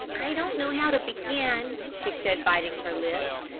i don't know how to begin, she said, biting her lips.